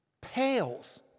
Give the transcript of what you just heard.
pales